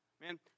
Man